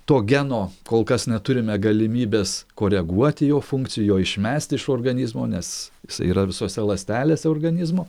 to geno kol kas neturime galimybės koreguoti jo funkcijų jo išmesti iš organizmo nes jisai yra visose ląstelėse organizmo